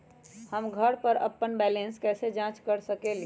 हम घर पर अपन बैलेंस कैसे जाँच कर सकेली?